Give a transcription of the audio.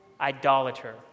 idolater